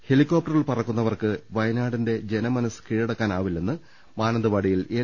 ഹെലികോപ്റ്ററിൽ പറക്കുന്നവർക്ക് വയനാടിന്റെ ജന മനസ്സ് കീഴടക്കാനാവില്ലെന്ന് മാനന്തവാടിയിൽ എൽ